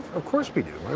of course we do!